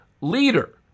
leader